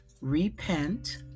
Repent